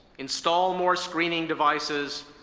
install more screening devices,